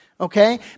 okay